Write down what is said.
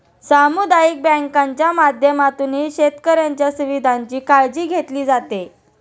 सामुदायिक बँकांच्या माध्यमातूनही शेतकऱ्यांच्या सुविधांची काळजी घेतली जाते